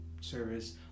service